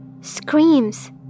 screams